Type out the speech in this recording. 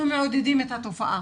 אנחנו מעודדים את התופעה,